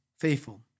faithful